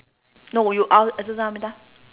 no you al~ exercise how many time